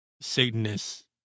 Satanist